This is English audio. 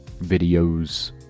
Videos